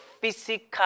physical